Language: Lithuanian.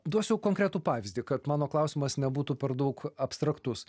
duosiu konkretų pavyzdį kad mano klausimas nebūtų per daug abstraktus